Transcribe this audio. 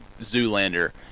Zoolander